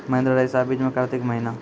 महिंद्रा रईसा बीज कार्तिक महीना?